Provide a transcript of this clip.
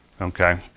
Okay